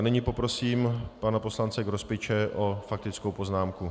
Nyní poprosím pana poslance Grospiče o faktickou poznámku.